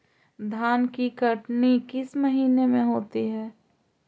धान की कटनी किस महीने में होती है?